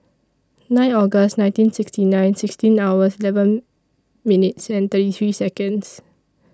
nine August nineteen sixty nine sixteen hours eleven minutes thirty three Seconds